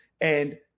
and-